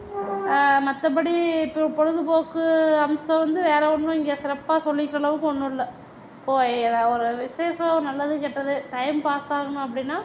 மற்றபடி இப்போ பொழுதுபோக்கு அம்சம் வந்து வேறு ஒன்றும் இங்கே சிறப்பாக சொல்லிக்கிற அளவுக்கு ஒன்றும் இல்லை இப்போ எதாவது ஒரு விஷேசம் நல்லது கெட்டது டைம் பாஸ் ஆகணும் அப்படினா